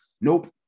nope